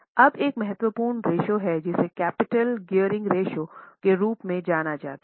अब एक महत्वपूर्ण रेश्यो है जिसे कैपिटल गियरिंग रेश्यो के रूप में जाना जाता है